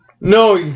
No